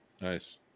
Nice